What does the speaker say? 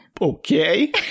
Okay